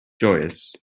joyous